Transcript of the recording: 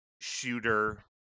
Shooter